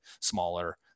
smaller